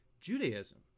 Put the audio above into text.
Judaism